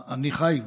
אני חי,